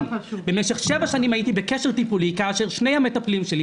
במשך שבע שנים הייתי בקשר טיפולי כאשר שני המטפלים שלי